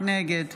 נגד